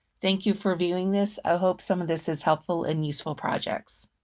thank you for viewing this. i hope some of this is helpful in useful projects.